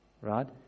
Right